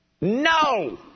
No